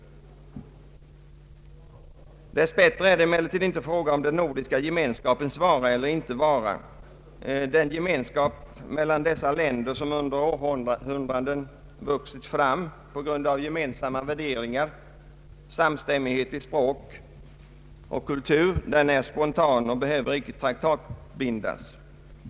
Dess bättre är det emellertid inte fråga om den nordiska gemenskapens vara eller inte vara. Den gemenskap mellan dessa länder som under århundraden vuxit fram på grund av gemensamma värderingar, samstämmighet i språk och kultur är spontan och behöver icke traktatbindas.